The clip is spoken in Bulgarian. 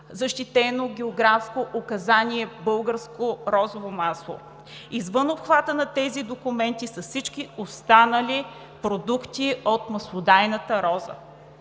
защитено географско указание „Българско розово масло“. Извън обхвата на тези документи са всички останали продукти от маслодайната роза.